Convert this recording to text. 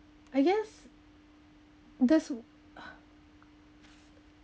I guess there's